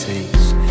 Takes